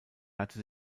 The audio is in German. härte